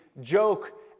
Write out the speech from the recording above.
joke